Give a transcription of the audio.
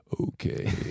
okay